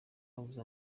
wabuze